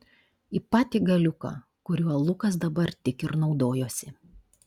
į patį galiuką kuriuo lukas dabar tik ir naudojosi